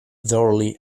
thoroughly